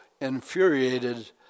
infuriated